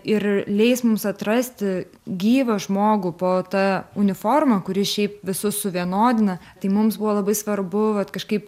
ir leis mums atrasti gyvą žmogų po ta uniforma kuri šiaip visus suvienodina tai mums buvo labai svarbu vat kažkaip